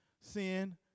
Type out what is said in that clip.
sin